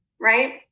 right